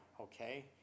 okay